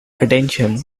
attention